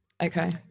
okay